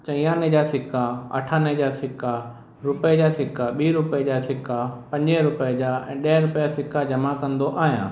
चई आने जा सिक्का अठाने जा सिक्का रुपए जा सिक्का ॿी रुपए जा सिक्का पंजे रुपए जा ऐं ॾह रुपए जा सिक्का जमा कंदो आहियां